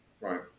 right